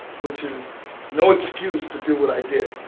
which is no excuse to do what i did,